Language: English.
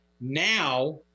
now